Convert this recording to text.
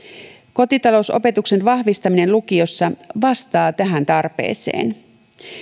kotitalousopetuksen vahvistaminen lukiossa vastaa tähän tarpeeseen